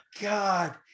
God